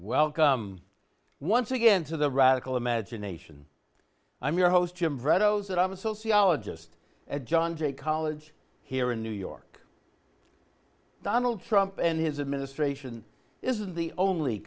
well once again to the radical imagination i'm your host that i'm a sociologist at john jay college here in new york donald trump and his administration isn't the only